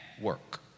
work